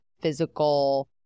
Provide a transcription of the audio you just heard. physical